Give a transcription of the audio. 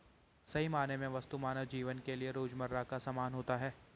सही मायने में वस्तु मानव जीवन के लिये रोजमर्रा का सामान होता है